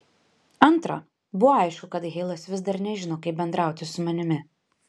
antra buvo aišku kad heilas vis dar nežino kaip bendrauti su manimi